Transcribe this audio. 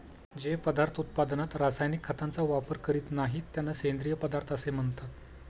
जे पदार्थ उत्पादनात रासायनिक खतांचा वापर करीत नाहीत, त्यांना सेंद्रिय पदार्थ असे म्हणतात